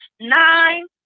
nine